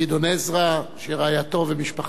שרעייתו ובני משפחתו כבר נמצאים כאן,